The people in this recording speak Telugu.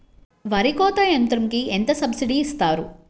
వరి కోత యంత్రంకి ఎంత సబ్సిడీ ఇస్తారు?